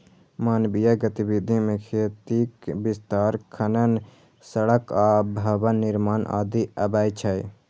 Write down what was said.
मानवीय गतिविधि मे खेतीक विस्तार, खनन, सड़क आ भवन निर्माण आदि अबै छै